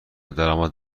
درآمد